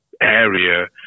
area